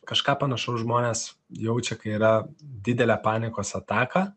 kažką panašaus žmonės jaučia kai yra didelė panikos ataka